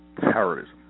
terrorism